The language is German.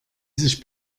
sich